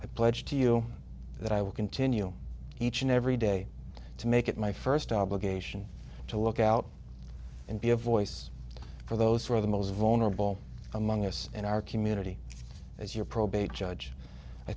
i pledge to you that i will continue each and every day to make it my first obligation to look out and be a voice for those who are the most vulnerable among us in our community as your probate judge i